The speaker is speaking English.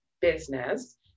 business